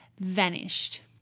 vanished